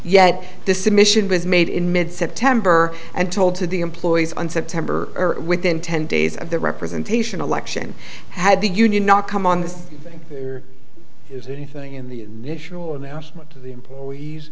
yet the submission was made in mid september and told to the employees on september within ten days of the representation election had the union not come on this is anything in the missional announcement to the employees